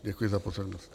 Děkuji za pozornost.